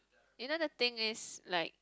you know the thing is like